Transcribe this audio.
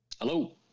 hello